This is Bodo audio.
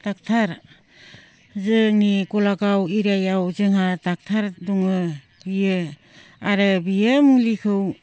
दक्ट'र जोंनि गलागाव एरियायाव जोंहा दक्ट'र दङ आरो बियो मुलिखौ